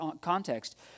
context